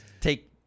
take